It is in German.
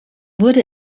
wurde